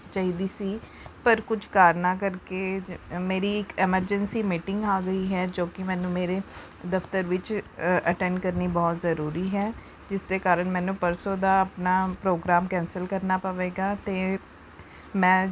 ਚਾਹੀਦੀ ਸੀ ਪਰ ਕੁਝ ਕਾਰਨਾਂ ਕਰਕੇ ਜ ਮੇਰੀ ਇੱਕ ਐਮਰਜੈਂਸੀ ਮੀਟਿੰਗ ਆ ਗਈ ਹੈ ਜੋ ਕਿ ਮੈਨੂੰ ਮੇਰੇ ਦਫ਼ਤਰ ਵਿੱਚ ਅਟੈਂਡ ਕਰਨੀ ਬਹੁਤ ਜ਼ਰੂਰੀ ਹੈ ਜਿਸ ਦੇ ਕਾਰਨ ਮੈਨੂੰ ਪਰਸੋਂ ਦਾ ਆਪਣਾ ਪ੍ਰੋਗਰਾਮ ਕੈਂਸਲ ਕਰਨਾ ਪਵੇਗਾ ਅਤੇ ਮੈਂ